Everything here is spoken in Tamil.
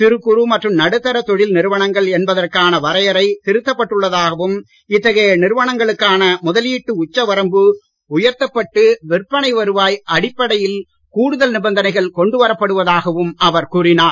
சிறு குறு மற்றும் தொழில் நிறுவனங்கள் என்பதற்கான வரையறை திருத்தப் நடுத்தர பட்டுள்ளதாகவும் இத்தகைய நிறுவனங்களுக்கான முதலீட்டு உச்ச வரம்பு உயர்த்தப்பட்டு விற்பனை வருவாய் அடிப்பைடயில் கூடுதல் நிபந்தனைகள் கொண்டுவரப் படுவதாகவும் அவர் கூறினார்